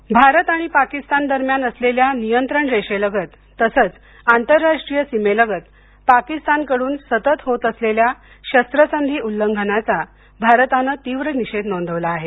निषेध भारत आणि पाकिस्तान दरम्यान असलेल्या नियंत्रण रेषेलगत तसंच आंतरराष्ट्रीय सीमेलगत पाकिस्तानकडून सतत होत असलेल्या शस्त्रसंधी उल्लंघनाचा भारतानं तीव्र निषेध नोंदवला आहे